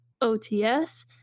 OTS